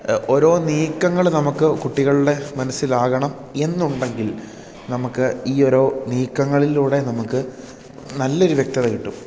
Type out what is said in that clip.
ഓരോ നീക്കങ്ങൾ നമുക്ക് കുട്ടികളുടെ മനസ്സിലാകണം എന്നുണ്ടെങ്കിൽ നമ്മുക്ക് ഈ ഒരോ നീക്കങ്ങളിലൂടെ നമുക്ക് നല്ലൊരു വ്യക്തത കിട്ടും